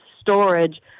storage